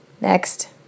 Next